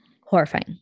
Horrifying